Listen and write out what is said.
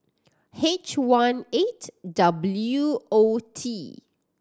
H one eight W O T